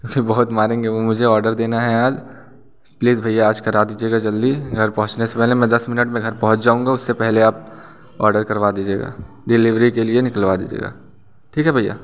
फिर बहुत मारेंगे वो मुझे ऑर्डर देना है आज प्लीज़ भैया आज करा दीजिएगा जल्दी घर पहुंचने से पहले मैं दस मिनट में घर पहुंच जाऊँगा उससे पहले आप ऑडर करवा दीजिएगा डिलीवरी के लिए निकलवा दीजिएगा ठीक है भैया